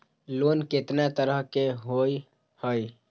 Loan केतना तरह के होअ हई?